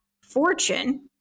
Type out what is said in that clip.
Fortune